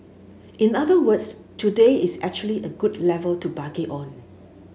in other words today is actually a good level to bargain on